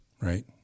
right